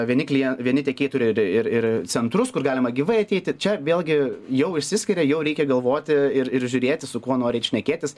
vieni klien vieni tiekėjai turi ir ir ir centrus kur galima gyvai ateiti čia vėlgi jau išsiskiria jau reikia galvoti ir ir žiūrėti su kuo nori eit šnekėtis